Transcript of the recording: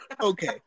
Okay